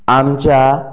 आमच्या